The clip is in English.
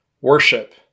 Worship